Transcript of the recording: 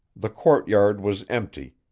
the courtyard was empty,